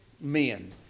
men